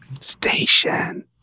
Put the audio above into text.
Station